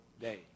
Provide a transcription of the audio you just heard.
day